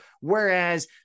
Whereas